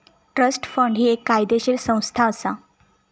trust fund ही एक कायदेशीर संस्था असा